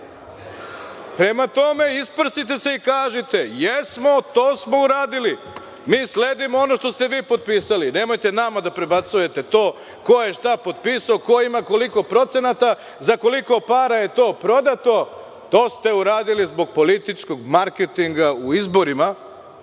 Prema tome, isprsite se i kažite – jesmo, to smo uradili. Mi sledimo ono što ste vi potpisali. Nemojte nama da prebacujete to ko je šta potpisao, ko ima koliko procenata, za koliko para je to prodato. To ste uradili zbog političkog marketinga u izborima